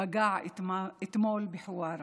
פגע אתמול בחווארה,